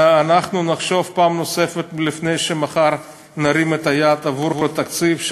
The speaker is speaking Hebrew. שנחשוב פעם נוספת לפני שמחר נרים את היד עבור התקציב,